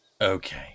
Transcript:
Okay